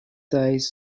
days